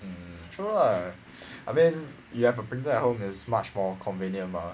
mm true ah I mean you have a printer at home it's much more convenient mah